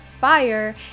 fire